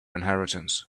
inheritance